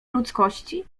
ludzkości